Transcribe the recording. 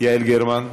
יעל גרמן,